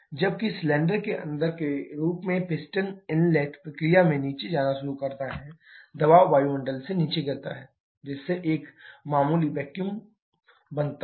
जबकि सिलेंडर के अंदर के रूप में पिस्टन इनलेट प्रक्रिया में नीचे जाना शुरू कर देता है दबाव वायुमंडलीय से नीचे गिरता है जिससे एक मामूली वैक्यूम बनता है